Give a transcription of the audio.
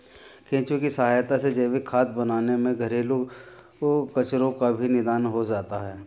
केंचुए की सहायता से जैविक खाद बनाने में घरेलू कचरो का भी निदान हो जाता है